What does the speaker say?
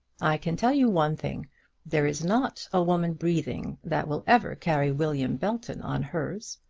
i can tell you one thing there is not a woman breathing that will ever carry william belton on hers.